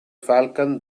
falcon